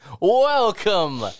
Welcome